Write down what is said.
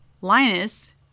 Linus